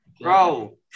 Bro